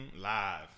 Live